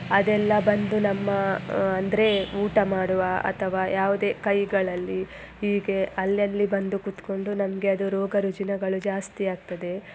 ಅದೆಲ್ಲ ಬಂದು ನಮ್ಮ ಅಂದರೆ ಊಟ ಮಾಡುವ ಅಥವಾ ಯಾವುದೇ ಕೈಗಳಲ್ಲಿ ಹೀಗೆ ಅಲ್ಲಲ್ಲಿ ಬಂದು ಕುತ್ಕೊಂಡು ನಮಗೆ ಅದು ರೋಗ ರುಜಿನಗಳು ಜಾಸ್ತಿ ಆಗ್ತದೆ